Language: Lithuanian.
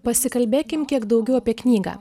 pasikalbėkim kiek daugiau apie knygą